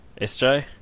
SJ